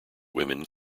women